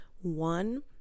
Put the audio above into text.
one